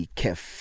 kef